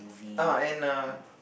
ah and err